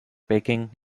baking